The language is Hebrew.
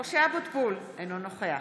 משה אבוטבול, אינו נוכח